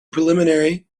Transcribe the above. preliminary